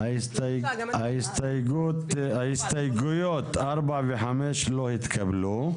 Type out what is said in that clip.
הצבעה ההסתייגויות לא נתקבלו הסתייגויות 4 ו-5 לא התקבלו.